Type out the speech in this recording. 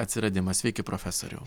atsiradimą sveiki profesoriau